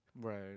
Right